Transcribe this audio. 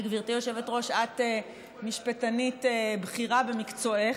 וגברתי היושבת-ראש, את משפטנית בכירה במקצועך,